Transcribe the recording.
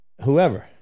Whoever